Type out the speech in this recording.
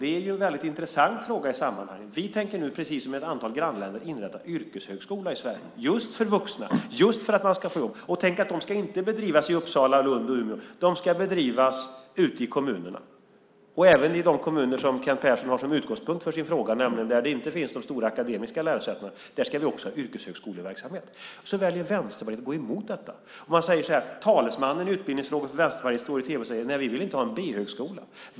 Det är en väldigt intressant fråga i sammanhanget. Vi tänker nu, precis som ett antal grannländer, inrätta en yrkeshögskola i Sverige, just för vuxna, just för att de ska få jobb. De ska inte bedrivas i Uppsala, Lund och Umeå, utan de ska bedrivas ute i kommunerna, även i de kommuner som Kent Persson har som utgångspunkt för sin fråga, nämligen där det inte finns stora akademiska lärosäten. Där ska vi ha yrkeshögskoleverksamhet. Vänsterpartiet väljer att gå emot detta. Talesmannen i utbildningsfrågor för Vänsterpartiet står i tv och säger: Nej, vi vill inte ha en B-högskola.